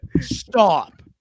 Stop